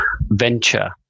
venture